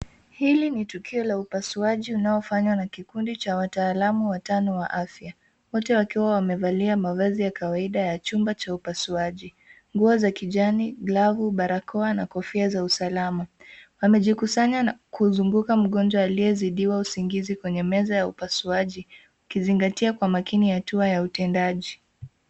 Hili ni tukio la upasauji linalofanywa na kikundi cha wataalamu watano wa afya wote waiwa wamevalia mavazi ya kawaida ya chumba cha upasuaji. Nguo za kijani, barakoa na kofia za usalama. Wamejikusanya kuzunguka mgonjwa aliyezidiwa usingizi kwenye meza ya upasuaji ukizingatia kwa makini hatua ya utendaji.